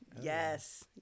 Yes